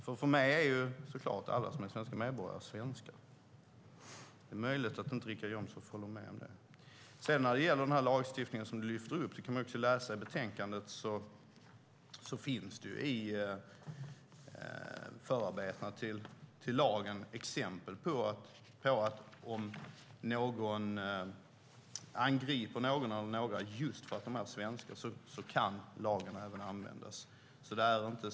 För mig är såklart alla som är svenska medborgare svenskar. Det är möjligt att Richard Jomshof inte håller med om det. När det gäller den lagstiftning som Richard Jomshof lyfter upp kan man i betänkandet läsa att det i förarbetena till lagen finns exempel på detta, att om någon angriper någon eller några just för att de är svenskar kan lagen användas.